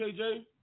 KJ